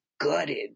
gutted